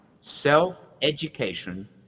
self-education